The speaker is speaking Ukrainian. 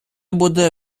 буде